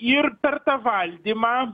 ir per tą valdymą